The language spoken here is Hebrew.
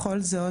בכל זאת,